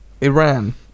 Iran